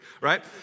right